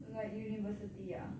like university ah